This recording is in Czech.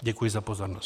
Děkuji za pozornost.